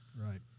Right